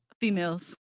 Females